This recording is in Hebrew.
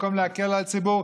במקום להקל על ציבור,